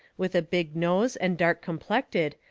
with a big nose and dark complected,